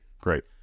Great